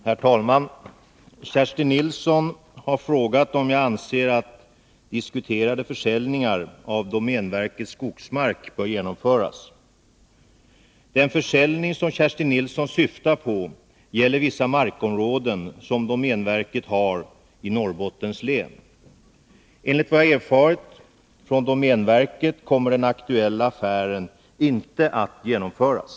Herr talman! Kerstin Nilsson har frågat om jag anser att diskuterade försäljningar av domänverkets skogsmark bör genomföras. Den försäljning som Kerstin Nilsson syftar på gäller vissa markområden som domänverket har i Norrbottens län. Enligt vad jag har erfarit från domänverket kommer den aktuella affären inte att genomföras.